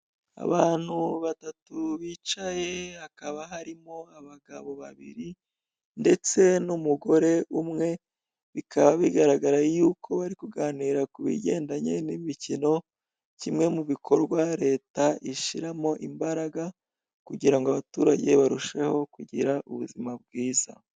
Abantu batatu bicaye, hakaba harimo abagabo babiri ndetse n'umugore umwe, bikaba bigaragara yuko bari kuganira ku bigendanye n'imikino; kimwe mu bikorwa Leta ishyiramo imbaraga, kugira ngo abaturage barusheho kugira ubuzima bwiza.